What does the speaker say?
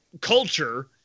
culture